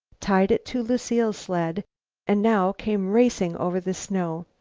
tied it to lucile's sled and now came racing over the snow.